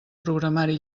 programari